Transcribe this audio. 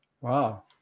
Wow